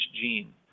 gene